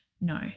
no